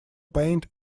paint